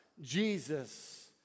Jesus